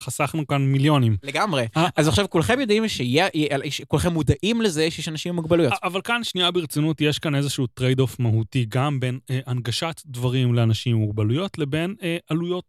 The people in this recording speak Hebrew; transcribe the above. חסכנו כאן מיליונים. לגמרי. אז עכשיו כולכם יודעים שיש אנשים עם מוגבלויות. אבל כאן, שנייה ברצינות, יש כאן איזשהו טרייד אוף מהותי גם בין הנגשת דברים לאנשים עם מוגבלויות לבין עלויות.